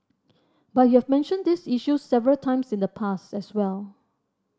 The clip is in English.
but you've mentioned these issues several times in the past as well